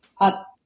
Up